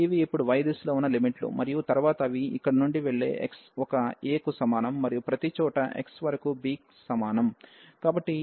ఇవి ఇప్పుడు y దిశలో ఉన్న లిమిట్ లు మరియు తరువాత అవి ఇక్కడి నుండి వెళ్ళే x ఒక a కు సమానం మరియు ప్రతిచోటా x వరకు b కి సమానం